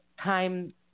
time